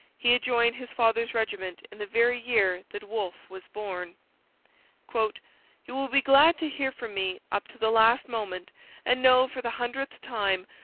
he had joined his father's regiment in the very year that wolfe was born you will be glad to hear from me up to the last moment and know, for the hundredth time,